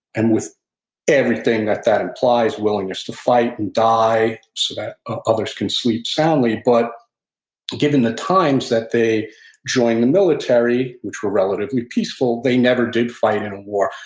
and with everything that that implies, willingness to fight and die so that other can sleep soundly, but given the times that they joined the military, which were relatively peaceful, they never did fight in a war.